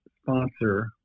sponsor